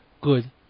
good